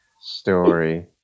story